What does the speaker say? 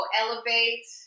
elevate